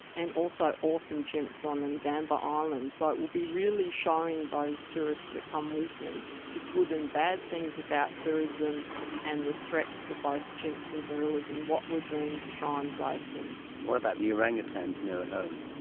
and also orphan chimps on ngamba um island. so it will be really showing those tourists that come with me the good and bad things about tourism and the threats for both chimps and gorillas and what we're doing to try and save them. what about the orang-utans nearer home?